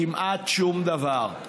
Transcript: כמעט שום דבר.